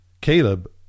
Caleb